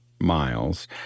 miles